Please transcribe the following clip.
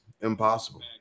Impossible